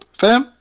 fam